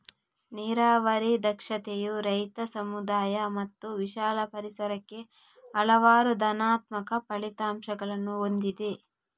ನೀರಾವರಿ ದಕ್ಷತೆಯು ರೈತ, ಸಮುದಾಯ ಮತ್ತು ವಿಶಾಲ ಪರಿಸರಕ್ಕೆ ಹಲವಾರು ಧನಾತ್ಮಕ ಫಲಿತಾಂಶಗಳನ್ನು ಹೊಂದಿದೆ